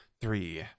three